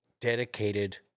dedicated